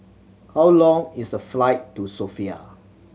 how long is the flight to Sofia